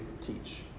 teach